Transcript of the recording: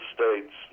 States